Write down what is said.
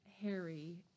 Harry